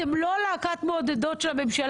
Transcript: אתם לא להקת מעודדות של הממשלה,